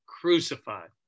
crucified